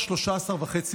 חבר הכנסת ישראל אייכלר,